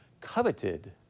coveted